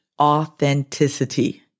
authenticity